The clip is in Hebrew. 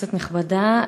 כנסת נכבדה,